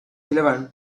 eleven